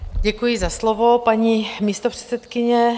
Děkuji za slovo, paní místopředsedkyně.